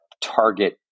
target